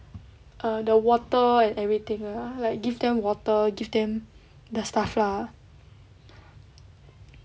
err the water and everything lah like give them water give them the stuff lah